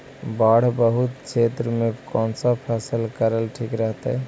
बाढ़ बहुल क्षेत्र में कौन फसल करल ठीक रहतइ?